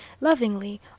lovingly